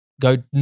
go